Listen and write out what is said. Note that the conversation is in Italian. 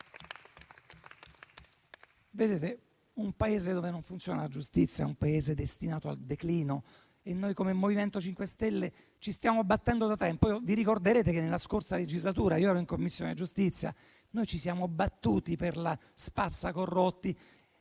Un Paese in cui non funziona la giustizia è destinato al declino e noi, come MoVimento 5 Stelle, ci stiamo battendo da tempo. Vi ricorderete che nella scorsa legislatura io ero in Commissione giustizia e che noi ci siamo battuti per la cosiddetta spazza corrotti.